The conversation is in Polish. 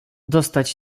dostać